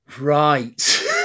Right